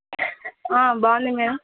ఆ బాగున్నాయా